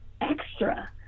extra